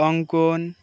Kankan